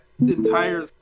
entire